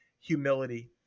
humility